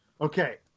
okay